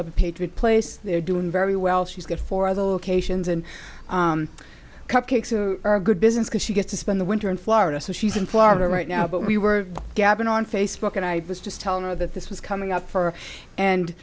patriot place they're doing very well she's got four other locations and cupcakes are a good business because she gets to spend the winter in florida so she's in florida right now but we were gabbin on facebook and i was just tell her that this was coming out for and